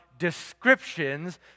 descriptions